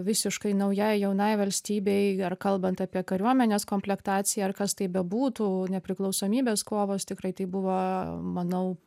visiškai naujai jaunai valstybei ar kalbant apie kariuomenės komplektaciją ar kas tai bebūtų nepriklausomybės kovos tikrai tai buvo manau